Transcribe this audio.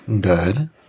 Good